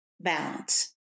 balance